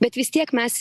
bet vis tiek mes